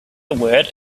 word